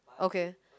okay